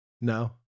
No